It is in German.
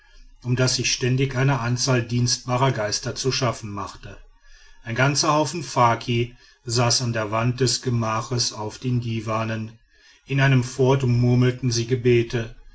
um das sich ständig eine anzahl dienstbarer geister zu schaffen machte ein ganzer haufen faki saß an der wand des gemachs auf den diwanen in einem fort murmelten sie gebete